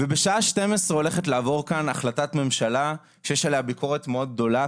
בשעה 12:00 הולכת לעבור כאן החלטת ממשלה שיש עליה ביקורת מאוד גדולה,